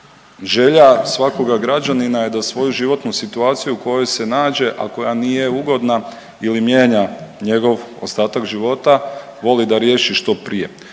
Želja svakoga građanina je da svoju životnu situaciju u kojoj se nađe, a koja nije ugodna ili mijenja njegov ostatak života voli da riješi što prije.